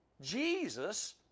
Jesus